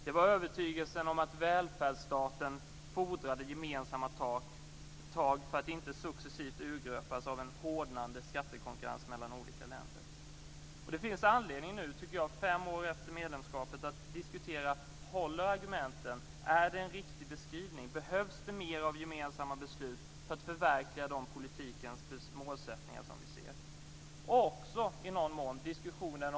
Det gällde övertygelsen om att välfärdsstaten fordrade gemensamma tak för att inte successivt urgröpas av en hårdnande skattekonkurrens mellan olika länder. Fem år efter medlemskapet finns det nu anledning att diskutera: Håller argumenten? Är det en riktig beskrivning? Behövs det mer av gemensamma beslut för att förverkliga de målsättningar som finns i politiken?